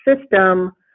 system